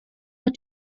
had